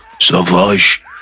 Savage